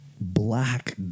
black